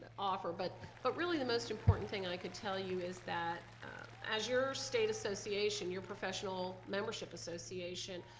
offer. but but really the most important thing i could tell you is that as your state association, your professional membership association,